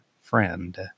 friend